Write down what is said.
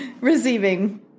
receiving